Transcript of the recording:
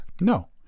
No